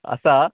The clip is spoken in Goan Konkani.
आसा